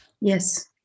Yes